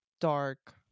dark